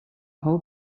whole